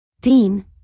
Dean